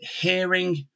hearing